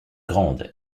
grande